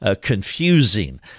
confusing